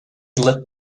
lit